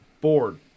board